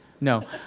No